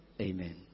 Amen